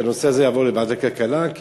שהנושא הזה יעבור לוועדת הכלכלה כי